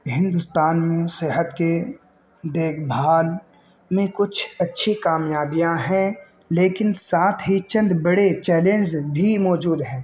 ہندوستان میں صحت کے دیکھ بھال میں کچھ اچھی کامیابیاں ہیں لیکن ساتھ ہی چند بڑے چیلنج بھی موجود ہیں